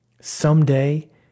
someday